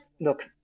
look